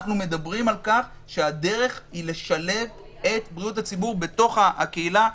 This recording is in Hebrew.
אנחנו מדברים על כך שהדרך היא לשלב את בריאות הציבור בתוך הקהילה.